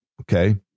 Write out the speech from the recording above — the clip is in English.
okay